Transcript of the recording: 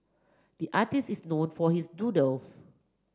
the artist is known for his doodles